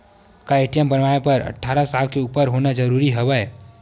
का ए.टी.एम बनवाय बर अट्ठारह साल के उपर होना जरूरी हवय?